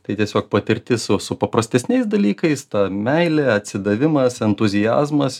tai tiesiog patirtis su su paprastesniais dalykais ta meilė atsidavimas entuziazmas